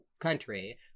country